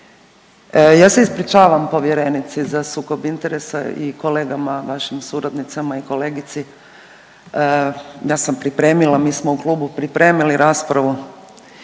Ja se ispričavam povjerenici za sukob interesa i kolegama vašim suradnicama i kolegici, ja sam pripremila, mi smo u klubu pripremili raspravu,